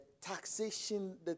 taxation